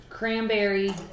Cranberry